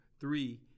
Three